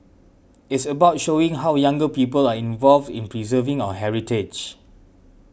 it's about showing how younger people are involved in preserving our heritage